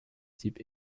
type